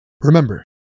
Remember